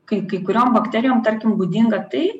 kai kai kuriom bakterijom tarkim būdinga tai